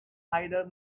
either